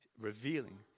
revealing